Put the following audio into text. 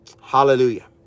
Hallelujah